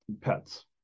pets